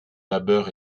labeur